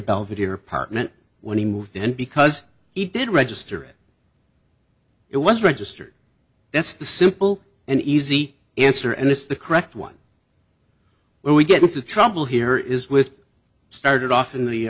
belvedere apartment when he moved in because he did register it it was registered that's the simple and easy answer and it's the correct one where we get into trouble here is with started off in the